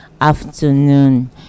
afternoon